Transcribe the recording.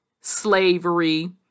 slavery